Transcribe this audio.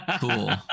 Cool